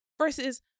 Versus